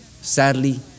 Sadly